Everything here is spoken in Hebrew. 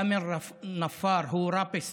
תאמר נפאר הוא ראפר